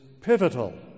pivotal